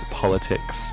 politics